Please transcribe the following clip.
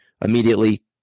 immediately